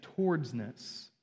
towardsness